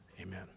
Amen